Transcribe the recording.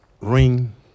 ring